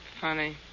Funny